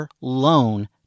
loan